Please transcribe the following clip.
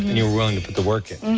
you were willing to put the work in.